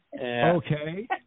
okay